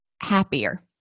happier